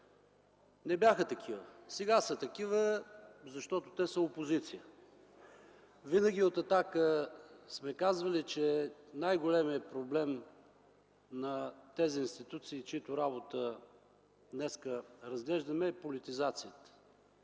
не бяха такива. Сега са такива, защото те са опозиция. От „Атака” винаги сме казвали, че най-големият проблем на институциите, чиято работа днес разглеждаме, е политизацията.